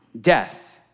death